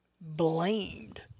blamed